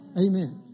Amen